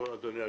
אדוני,